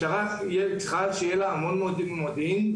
צריך שיהיה למשטרה המון מודיעין.